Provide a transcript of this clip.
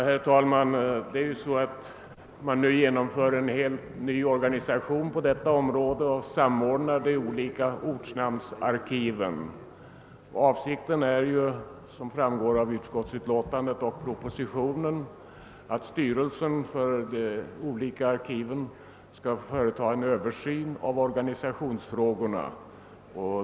Herr talman! Man genomför nu en helt ny organisation, som innebär en samordning av de olika ortnamnsarkiven. Avsikten är — vilket framgår av utskottsutlåtandet och propositionen — att den gemensamma styrelsen för arkiven skall företa en översyn av organisationsfrågorna.